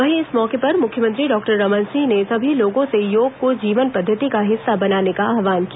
वहीं इस मौके पर मुख्यमंत्री डॉक्टर रमन सिंह ने सभी लोगों से योग को जीवन पद्धति का हिस्सा बनाने का आव्हान किया